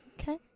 Okay